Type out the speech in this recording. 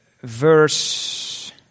verse